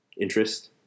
interest